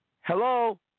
Hello